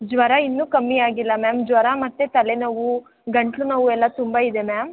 ಜ್ವರ ಇನ್ನೂ ಕಮ್ಮಿ ಆಗಿಲ್ಲ ಮ್ಯಾಮ್ ಜ್ವರ ಮತ್ತು ತಲೆನೋವು ಗಂಟಲು ನೋವು ಎಲ್ಲ ತುಂಬ ಇದೆ ಮ್ಯಾಮ್